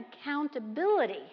accountability